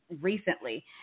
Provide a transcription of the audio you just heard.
recently